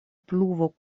pluvo